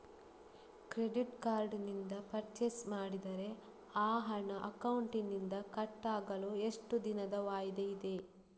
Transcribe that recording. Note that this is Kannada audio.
ಕ್ರೆಡಿಟ್ ಕಾರ್ಡ್ ನಿಂದ ಪರ್ಚೈಸ್ ಮಾಡಿದರೆ ಆ ಹಣ ಅಕೌಂಟಿನಿಂದ ಕಟ್ ಆಗಲು ಎಷ್ಟು ದಿನದ ವಾಯಿದೆ ಇದೆ?